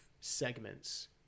segments